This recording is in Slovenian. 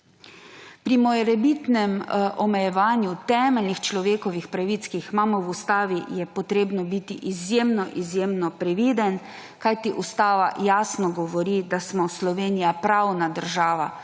Pri morebitnem omejevanju temeljnih človekovih pravic, ki jih imamo v ustavi, je treba biti izjemno, izjemno previden, kajti ustava jasno govori, da je Slovenija pravna država,